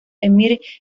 emir